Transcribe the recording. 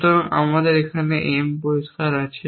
সুতরাং আমাদের এখানে এই পরিষ্কার M আছে